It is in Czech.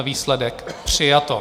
Výsledek: přijato.